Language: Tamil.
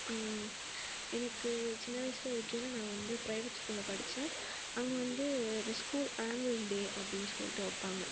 எனக்கு சின்ன வயசில் இருக்கையில் நான் வந்து பிரைவேட் ஸ்கூலில் படித்தேன் அங்கேவந்து இந்த ஸ்கூல் ஆன்வெல் டே அப்படின்னு சொல்லிட்டு வைப்பாங்க